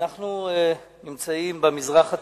אנחנו נמצאים במזרח התיכון,